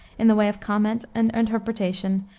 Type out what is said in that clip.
in the way of comment and interpretation,